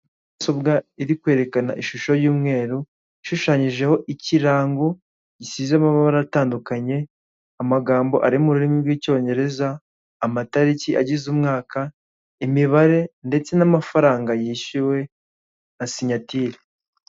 Tunga iri kwerekana ishusho y'umweru, ishushanyijeho ikirango gisize amabara atandukanye, amagambo ari mu rurimi rw'Icyongereza, amatariki agize umwaka, imibare ndetse n'amafaranga yishyuwe na sinyatire.